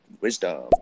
wisdom